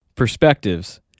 perspectives